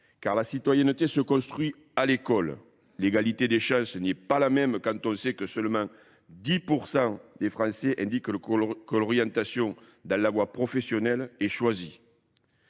Car la citoyenneté se construit à l'école. L'égalité des chances n'est pas la même quand on sait que seulement 10% des Français indiquent que l'orientation dans la voie professionnelle est choisie.